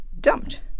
dumped